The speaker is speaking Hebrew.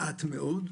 מעט מאוד,